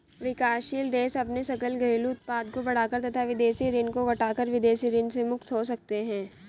विकासशील देश अपने सकल घरेलू उत्पाद को बढ़ाकर तथा विदेशी ऋण को घटाकर विदेशी ऋण से मुक्त हो सकते हैं